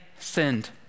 Sinned